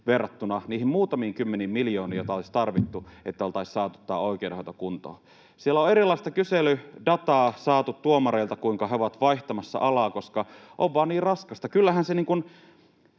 verrattuna niihin muutamiin kymmeniin miljooniin, joita olisi tarvittu, että oltaisiin saatu oikeudenhoito kuntoon. Siellä on erilaista kyselydataa saatu tuomareilta siitä, kuinka he ovat vaihtamassa alaa, koska on vaan niin raskasta. Kyllähän se